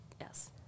Yes